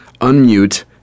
Unmute